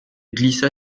glissa